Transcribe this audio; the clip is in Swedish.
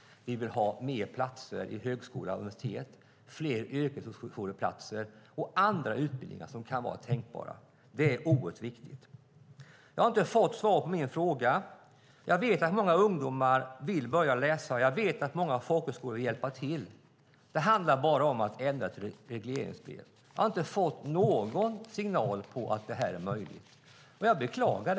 Vi vill ha fler platser vid högskola och universitet, fler yrkeshögskoleplatser och fler platser på andra tänkbara utbildningar. Det är oerhört viktigt. Jag har inte fått svar på min fråga. Jag vet att många ungdomar vill börja läsa och att många folkhögskolor vill hjälpa till. Det handlar bara om att ändra i ett regleringsbrev. Jag har inte fått någon signal om att detta är möjligt, vilket jag beklagar.